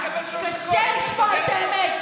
קשה לשמוע את האמת.